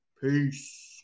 peace